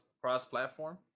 cross-platform